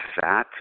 fat